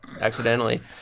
accidentally